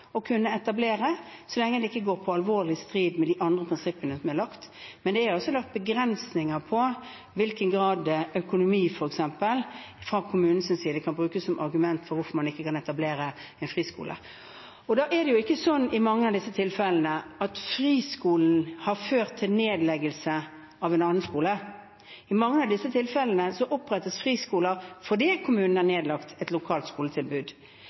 å kunne etablere, så lenge det ikke er i alvorlig strid med de andre prinsippene som er lagt. Men det er lagt begrensninger på i hvilken grad f.eks. økonomi fra kommunenes side kan brukes som argument for hvorfor man ikke kan etablere en friskole. Da er det i mange av disse tilfellene ikke slik at friskolen har ført til nedleggelse av en annen skole. I mange av disse tilfellene opprettes friskoler fordi kommunen har nedlagt et